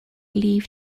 leave